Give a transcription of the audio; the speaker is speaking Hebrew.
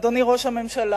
אדוני ראש הממשלה,